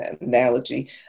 analogy